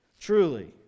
Truly